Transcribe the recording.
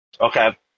okay